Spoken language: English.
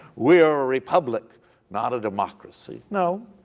we are a republic not a democracy. no.